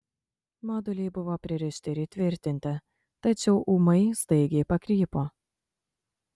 moduliai buvo pririšti ir įtvirtinti tačiau ūmai staigiai pakrypo